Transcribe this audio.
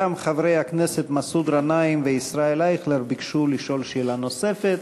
גם חברי הכנסת מסעוד גנאים וישראל אייכלר ביקשו לשאול שאלה נוספת,